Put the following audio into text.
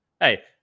Hey